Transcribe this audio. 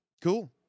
Cool